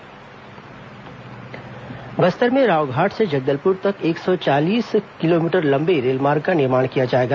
अटल विकास यात्रा बस्तर में रावघाट से जगदलपुर तक एक सौ चालीस किलोमीटर लंबे रेलमार्ग का निर्माण किया जाएगा